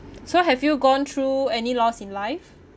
so have you gone through any loss in life